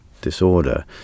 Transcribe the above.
disorder